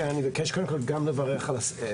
כן, אני מבקש קודם כל גם לברך את השרה.